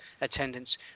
attendance